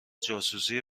جاسوسی